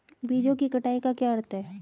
बीजों की कटाई का क्या अर्थ है?